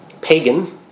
pagan